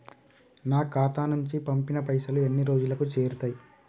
నా ఖాతా నుంచి పంపిన పైసలు ఎన్ని రోజులకు చేరుతయ్?